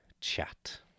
chat